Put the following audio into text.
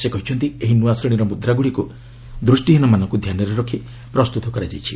ସେ କହିଛନ୍ତି ଏହି ନୂଆ ଶ୍ରେଣୀର ମୁଦ୍ରାଗୁଡିକୁ ଦୃଷ୍ଟିହୀନମାନଙ୍କୁ ଧ୍ୟାନରେ ରଖି ପ୍ରସ୍ତୁତ କରାଯାଇଛି